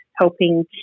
helping